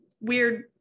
weird